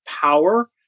power